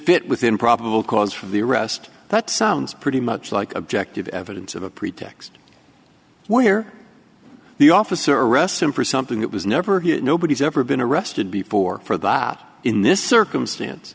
fit within probable cause for the arrest that sounds pretty much like objective evidence of a pretext where the officer arrests him for something that was never hit nobody's ever been arrested before for the hot in this circumstance